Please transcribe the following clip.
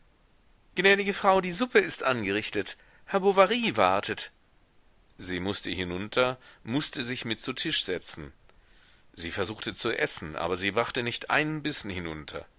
gnädige frau die suppe ist angerichtet herr bovary wartet sie mußte hinunter mußte sich mit zu tisch setzen sie versuchte zu essen aber sie brachte nicht einen bissen hinunter